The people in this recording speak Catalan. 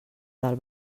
del